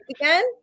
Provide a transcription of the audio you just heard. again